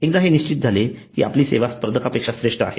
एकदा हे निश्चित झाले की आपली सेवा स्पर्धकांपेक्षा श्रेष्ठ आहे